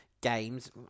games